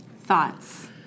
thoughts